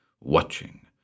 watching